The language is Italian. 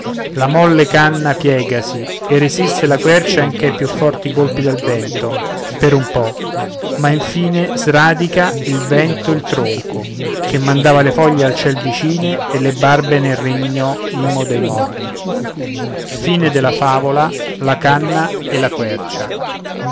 la molle canna piegasi e resiste la quercia anche ai più forti colpi del vento per un po ma infine sradica il vento il tronco che mandava le foglie al ciel vicine e le barbe nel regno imo dei morti i